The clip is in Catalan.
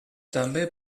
també